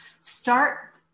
Start